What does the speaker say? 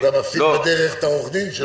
והוא גם מפסיד בדרך את עורך הדין שלו.